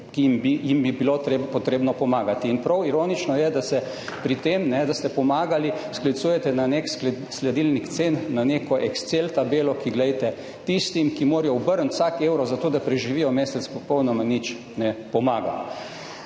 ki bi jim bilo potrebno pomagati. In prav ironično je, da se pri tem, da ste pomagali, sklicujete na nek sledilnik cen, na neko excelovo tabelo, ki tistim, ki morajo obrniti vsak evro za to, da preživijo mesec, popolnoma nič ne pomaga.